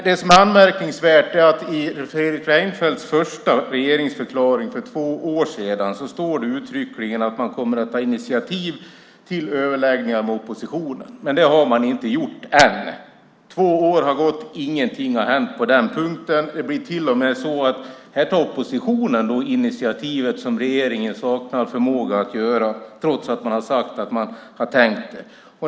Det som är anmärkningsvärt är att det i Fredrik Reinfeldts första regeringsförklaring för två år sedan uttryckligen står att man kommer att ta initiativ till överläggningar med oppositionen. Men det har man inte gjort än. Två år har gått. Ingenting har hänt på den punkten. Det är till och med så att oppositionen tar det initiativ som regeringen saknar förmåga att göra trots att man har sagt att man har tänkt göra det.